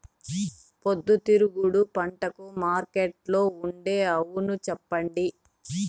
పొద్దుతిరుగుడు పంటకు మార్కెట్లో ఉండే అవును చెప్పండి?